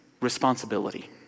responsibility